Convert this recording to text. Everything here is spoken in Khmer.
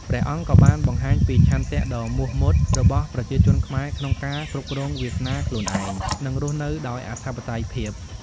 ព្រះអង្គក៏បានបង្ហាញពីឆន្ទៈដ៏មោះមុតរបស់ប្រជាជនខ្មែរក្នុងការគ្រប់គ្រងវាសនាខ្លួនឯង និងរស់នៅដោយអធិបតេយ្យភាព។